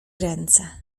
ręce